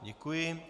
Děkuji.